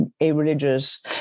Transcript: a-religious